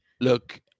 Look